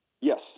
Yes